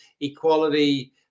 equality